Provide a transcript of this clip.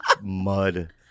Mud